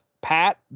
Pat